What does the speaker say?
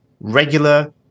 regular